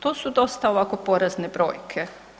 To su dosta ovako porazne brojke.